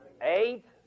eight